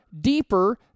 deeper